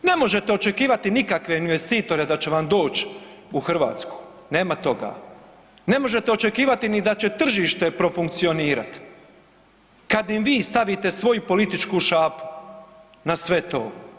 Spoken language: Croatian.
Ne možete očekivati nikakve ni investitore da će vam doć u Hrvatsku, nema toga, ne možete očekivati ni da će tržište profunkcionirat kad im vi stavite svoju političku šapu na sve to.